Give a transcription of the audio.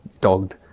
dogged